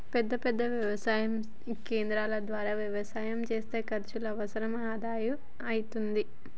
పెద్ద పెద్ద వ్యవసాయ క్షేత్రాల ద్వారా వ్యవసాయం చేస్తే ఖర్చు వనరుల ఆదా అయితది